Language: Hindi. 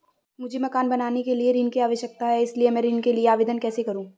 मुझे मकान बनाने के लिए ऋण की आवश्यकता है इसलिए मैं ऋण के लिए आवेदन कैसे करूं?